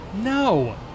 No